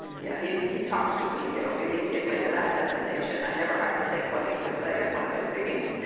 yeah he he talks to me you know immediately, without hesitation. i never have to think what he would say in one of his scenes.